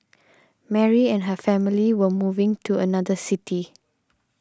Mary and her family were moving to another city